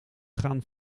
gaan